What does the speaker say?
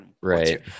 Right